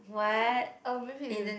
um maybe it's dark